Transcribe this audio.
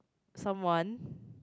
someone